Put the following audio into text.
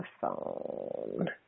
phone